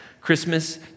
Christmas